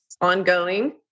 ongoing